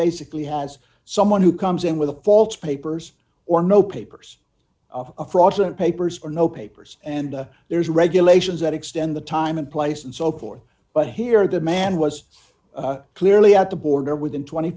basically has someone who comes in with a false papers or no papers fraudulent papers or no papers and there's regulations that extend the time and place and so forth but here the man was clearly at the border within twenty